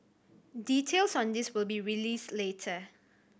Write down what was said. details on this will be released later